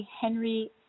Henry